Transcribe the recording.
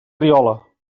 riola